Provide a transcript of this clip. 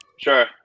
Sure